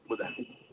हा ॿुधायो